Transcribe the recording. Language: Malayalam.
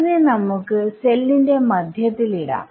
അതിനെ നമുക്ക് സെല്ലിന്റെ മധ്യത്തിൽ ഇടാം